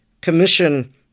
Commission